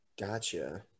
Gotcha